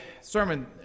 sermon